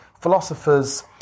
philosophers